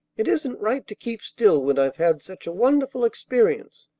it isn't right to keep still when i've had such a wonderful experience,